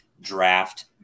draft